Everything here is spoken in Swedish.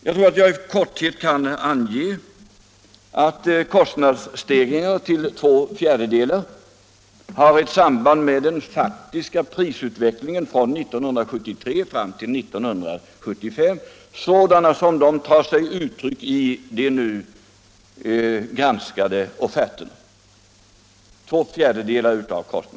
Jag tror att jag i korthet kan ange att kostnadsstegringarna till två fjärdedelar har samband med den faktiska prisutvecklingen från 1973 fram till 1975 sådan den tar sig uttryck i de nu granskade offerterna.